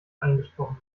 eingesprochen